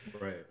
right